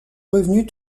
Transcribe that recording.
revenus